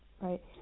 Right